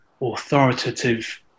authoritative